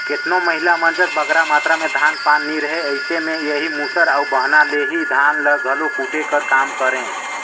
केतनो महिला मन जग बगरा मातरा में धान पान नी रहें अइसे में एही मूसर अउ बहना ले ही धान ल घलो कूटे कर काम करें